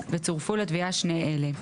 קודם כל זה קיים כל הזמן.